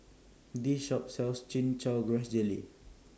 This Shop sells Chin Chow Grass Jelly